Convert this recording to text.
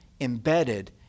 embedded